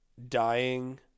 dying